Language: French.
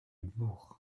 bourg